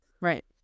Right